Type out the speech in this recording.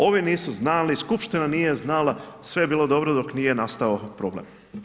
Ovi nisu znali, skupština nije znala, sve je bilo dobro dok nije nastao problem.